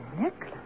necklace